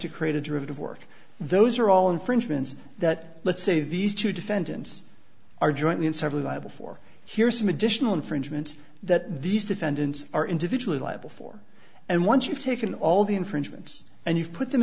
to create a derivative work those are all infringements that let's say these two defendants are jointly and severally liable for here's some additional infringement that these defendants are individually liable for and once you've taken all the infringements and you've put them